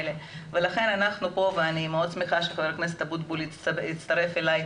ולכן אנחנו כאן ואני מאוד שמחה שח"כ אבוטבול הצטרף אלי,